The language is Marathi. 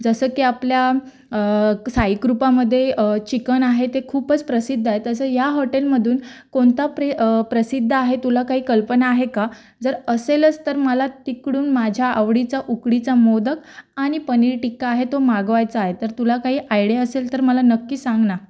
जसं की आपल्या साईकृपामध्ये चिकन आहे ते खूपच प्रसिद्ध आहे तसं या हॉटेलमधून कोणता प्री प्रसिद्ध आहे तुला काही कल्पना आहे का जर असेलच तर मला तिकडून माझ्या आवडीचा उकडीचा मोदक आणि पनीर टिक्का आहे तो मागवायचा आहे तर तुला काही आयडिया असेल तर मला नक्की सांग ना